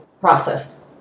process